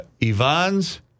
Ivans